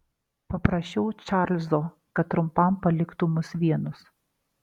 paprašiau čarlzo kad trumpam paliktų mus vienus